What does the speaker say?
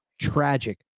tragic